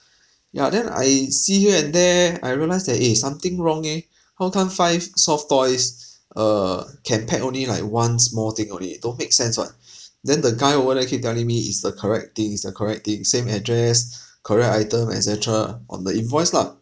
ya then I see here and there I realise that eh something wrong eh how come five soft toys err can pack only like one small thing only it don't make sense [what] then the guy over there keep telling me it's the correct thing it's the correct thing same address correct item et cetera on the invoice lah